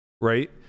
right